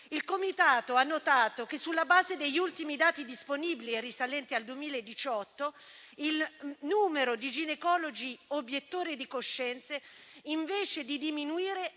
Il Comitato ha notato che, sulla base degli ultimi dati disponibili, risalenti al 2018, il numero di ginecologi obiettori di coscienza, invece di diminuire,